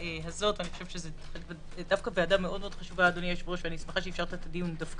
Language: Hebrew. זאת ועדה מאוד חשובה, ואני שמחה שאישרת אותו פה.